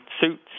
suits